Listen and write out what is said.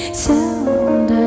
sound